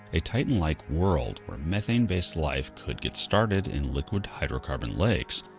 a titan like world where methane-based life could get started in liquid hydrocarbon lakes.